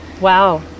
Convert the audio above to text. Wow